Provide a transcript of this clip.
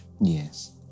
Yes